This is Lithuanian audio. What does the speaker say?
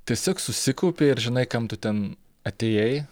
tiesiog susikaupi ir žinai kam tu ten atėjai